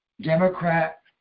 Democrat